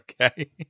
Okay